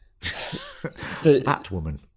Batwoman